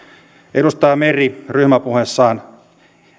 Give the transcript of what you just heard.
edustaja meri ryhmäpuheessaan